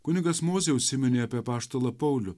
kunigas mozė užsiminė apie apaštalą paulių